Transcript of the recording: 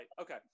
Okay